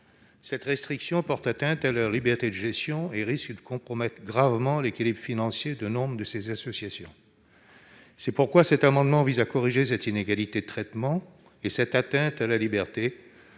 Cette restriction porte atteinte à leur liberté de gestion et risque de compromettre gravement l'équilibre financier de bon nombre d'entre elles. Le présent amendement vise donc à corriger cette inégalité de traitement et cette atteinte à la liberté,